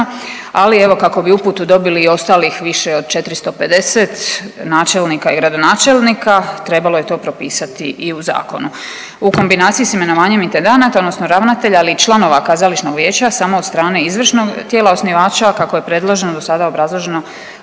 ali evo kako bi uputu dobili i ostalih više od 450 načelnika i gradonačelnika trebalo je to propisati i u zakonu. U kombinaciji s imenovanjem intendanata odnosno ravnatelja, ali i članova kazališnog vijeća samo od strane izvršnog tijela osnivača kako je predloženo do sada obrazloženo